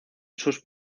sus